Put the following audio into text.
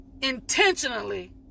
intentionally